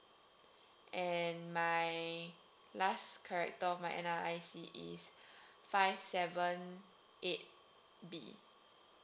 and my last character of my N_R_I_C is five seven eight B